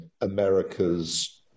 America's